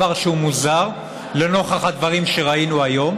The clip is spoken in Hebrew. מוזר לנוכח הדברים שראינו היום.